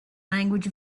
language